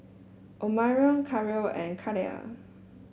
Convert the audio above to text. Omarion Carlo and Ciarra